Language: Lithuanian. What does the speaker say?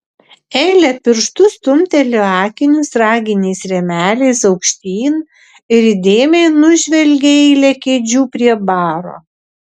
elė pirštu stumtelėjo akinius raginiais rėmeliais aukštyn ir įdėmiai nužvelgė eilę kėdžių prie baro